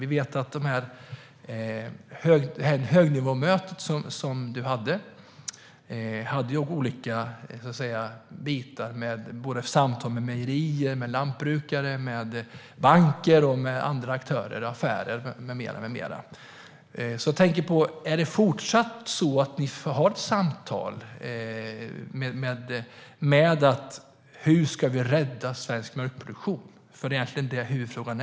Vi vet att det högnivåmöte ministern hade innehöll olika bitar. Det var samtal med mejerier, lantbrukare, banker och andra aktörer, affärer med mera. Är det fortsatt så att man har samtal om hur vi ska rädda svensk mjölkproduktion? Det är nämligen det som är huvudfrågan.